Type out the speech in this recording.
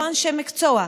ולא אנשי המקצוע.